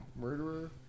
murderer